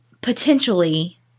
potentially